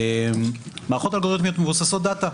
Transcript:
מערכות אלגוריתמיות מבוססות דאטא.